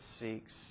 seeks